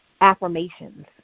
affirmations